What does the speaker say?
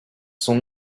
sont